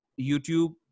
YouTube